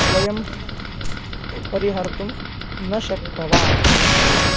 स्वयं परिहर्तुं न शक्तवान्